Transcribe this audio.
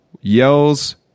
yells